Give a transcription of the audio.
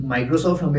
Microsoft